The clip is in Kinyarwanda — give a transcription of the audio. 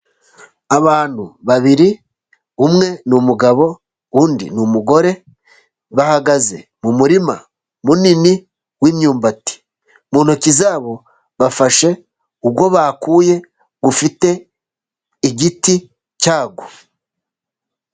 Abantu babiri umwe ni umugabo, undi ni umugore bahagaze mu murima munini w'imyumbati , mu ntoki zabo bafashe uwo bakuye ufite igiti cyawo.